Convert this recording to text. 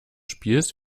spiels